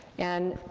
and